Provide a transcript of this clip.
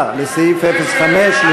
לסעיף 05,